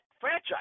franchise